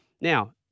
Now